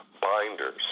binders